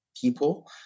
people